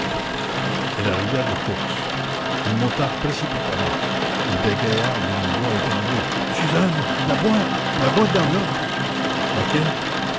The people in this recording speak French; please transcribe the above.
elle arrivait de course elle monta précipitamment il balbutia d'une voix étranglée suzanne la boîte la boîte d'enveloppes laquelle